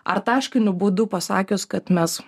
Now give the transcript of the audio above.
ar taškiniu būdu pasakius kad mes